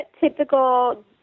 typical